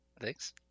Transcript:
Thanks